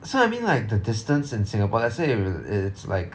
so you mean like the distance in singapore let's say it's like